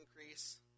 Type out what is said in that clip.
increase